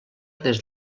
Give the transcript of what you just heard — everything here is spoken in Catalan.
des